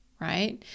Right